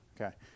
Okay